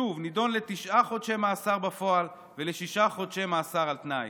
שוב נידון לתשעה חודשי מאסר בפועל ולשישה חודשי מאסר על תנאי.